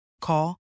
Call